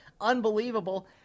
Unbelievable